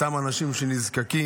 אותם אנשים שנזקקים,